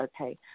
okay